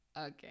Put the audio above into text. Okay